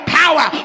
power